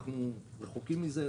ואנחנו רחוקים מזה.